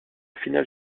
finale